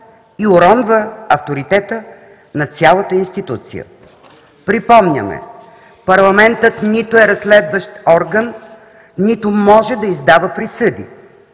и уронва авторитета на цялата институция. Припомняме – парламентът нито е разследващ орган, нито може да издава присъди.